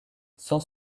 sans